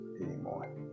anymore